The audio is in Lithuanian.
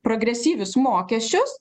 progresyvius mokesčius